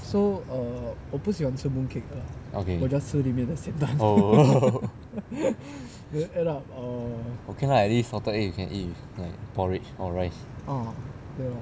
okay oh okay lah at least salted egg can eat with like porridge or rice